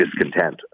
discontent